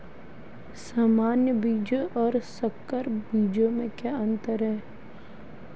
सामान्य बीजों और संकर बीजों में क्या अंतर है?